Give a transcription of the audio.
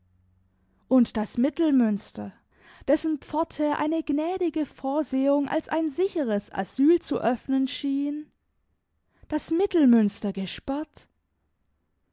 und das mittelmünster dessen pforte eine gnädige vorsehung als ein sicheres asyl zu offnen schien das mittelmünster gesperrt